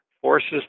forces